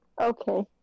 Okay